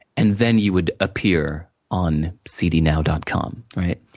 and then you would appear on cdnow dot com. right?